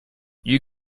you